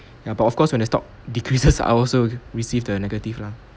ya but of course when the stock decreases I also received the negative lah